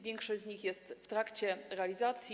Większość z nich jest już w trakcie realizacji.